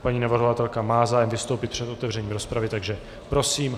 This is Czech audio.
Paní navrhovatelka má zájem vystoupit před otevřením rozpravy, takže prosím.